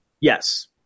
Yes